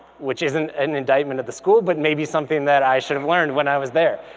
which isn't an indictment of the school, but maybe something that i should've learned when i was there.